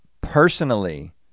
personally